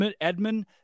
Edmund